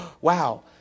wow